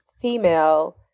female